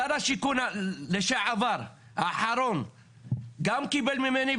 שר השיכון לשעבר, האחרון, גם קיבל ממני.